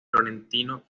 florentino